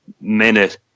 minute